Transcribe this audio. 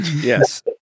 Yes